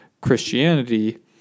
Christianity